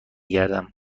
گردم